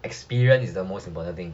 experience is the most important thing